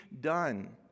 done